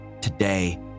today